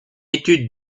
étude